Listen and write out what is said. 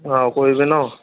অঁ কৰিবি ন